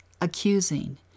accusing